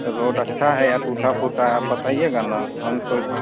road अच्छा है या टूटा फूटा है आप बताइएगा ना हम तो